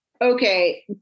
Okay